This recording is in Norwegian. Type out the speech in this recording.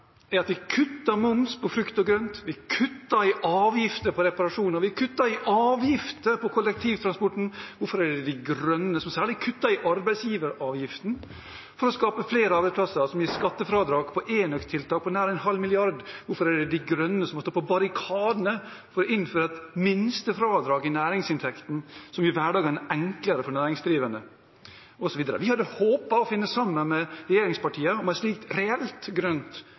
er at vi kutter moms på frukt og grønt, vi kutter i avgifter på reparasjon, og vi kutter i avgifter på kollektivtransporten. Hvorfor er det De Grønne som særlig kutter i arbeidsgiveravgiften for å skape flere arbeidsplasser som gir skattefradrag på enøktiltak på nær 0,5 mrd. kr? Hvorfor er det De Grønne som må stå på barrikadene for å innføre et minstefradrag i næringsinntekten som gjør hverdagen enklere for næringsdrivende, osv.? Vi hadde håpet å finne sammen med regjeringspartiene om et slikt reelt grønt